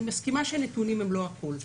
אני מסכימה שהנתונים הם לא הכול,